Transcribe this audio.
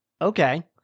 Okay